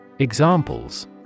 Examples